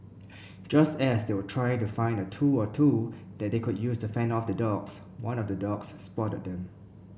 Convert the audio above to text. just as they were trying to find a tool or two that they could use to fend off the dogs one of the dogs spotted them